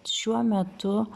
šiuo metu